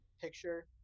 picture